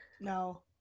No